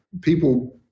people